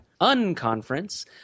unconference